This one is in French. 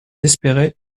espérait